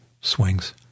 Swings